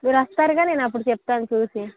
మీరు వస్తారుగా నేను అప్పుడు చెప్తాను చూసి